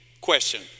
question